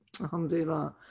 Alhamdulillah